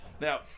Now